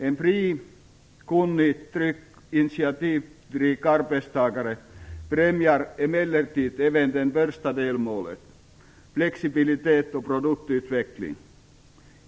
En fri, kunnig, trygg, initiativrik arbetstagare främjar emellertid även det första delmålet, dvs. flexibilitet och produktutveckling.